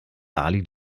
ali